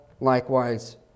likewise